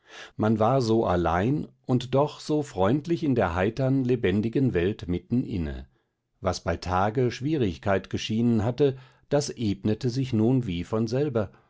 man war so allein und doch so freundlich in der heitern lebendigen welt mitten inne was bei tage schwierigkeit geschienen hatte das ebnete sich nun wie von selber